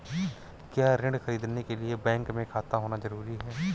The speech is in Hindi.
क्या ऋण ख़रीदने के लिए बैंक में खाता होना जरूरी है?